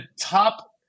top